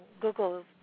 Google